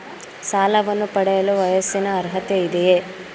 ಸಾಲವನ್ನು ಪಡೆಯಲು ವಯಸ್ಸಿನ ಅರ್ಹತೆ ಇದೆಯಾ?